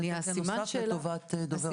שיהיה תקן נוסף לטובת דובר ערבית.